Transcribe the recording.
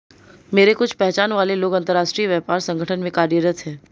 मेरे कुछ पहचान वाले लोग अंतर्राष्ट्रीय व्यापार संगठन में कार्यरत है